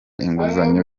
inguzanyo